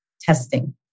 Testing